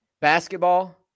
Basketball